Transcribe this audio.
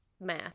math